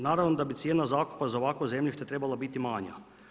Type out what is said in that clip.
Naravno da bi cijena zakupa za ovakvo zemljište treba biti manja.